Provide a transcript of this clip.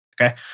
Okay